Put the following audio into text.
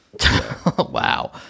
Wow